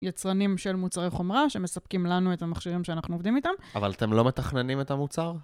יצרנים של מוצרי חומרה, שמספקים לנו את המכשירים שאנחנו עובדים איתם. אבל אתם לא מתכננים את המוצר?